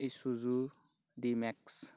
Isuzu D max